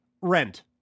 rent